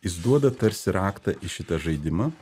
jis duoda tarsi raktą į šitą žaidimą